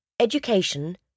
education